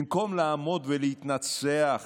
במקום לעמוד ולהתנצח